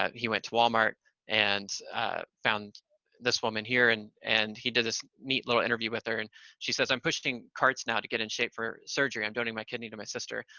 um he went to walmart and found this woman here, and and he did this neat little interview with her, and she says i'm pushing carts now to get in shape for surgery. i'm donating my kidney to my sister.